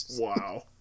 wow